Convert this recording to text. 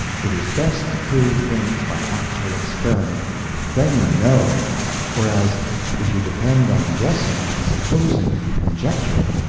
it is best to prove things by actual experiment then you know whereas if you depend on guessing and supposing and conjecturing,